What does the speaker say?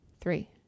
Three